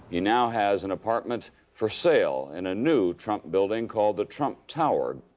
he now has an apartment for sale in a new trump building called the trump tower,